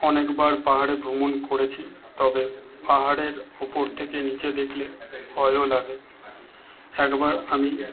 অনেকবার পাহাড়ে ভ্রমণ করেছি তবে পাহাড়ের উপর থেকে নিচে দেখলে ভয়ও লাগে একবার আমি